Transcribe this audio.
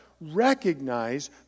recognize